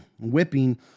whipping